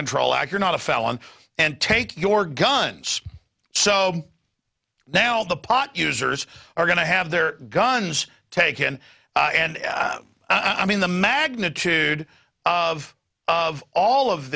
control act you're not a felon and take your guns so now the pot users are going to have their guns taken and i mean the magnitude of of all of